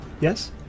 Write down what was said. Yes